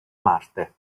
marte